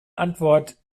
antwort